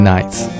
Nights